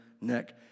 neck